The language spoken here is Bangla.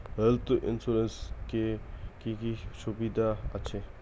হেলথ ইন্সুরেন্স এ কি কি সুবিধা আছে?